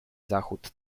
zachód